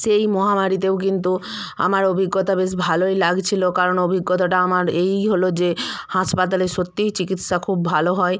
সেই মহামারীতেও কিন্তু আমার অভিজ্ঞতা বেশ ভালোই লাগছিলো কারণ অভিজ্ঞতাটা আমার এই হলো যে হাঁসপাতালে সত্যিই চিকিৎসা খুব ভালো হয়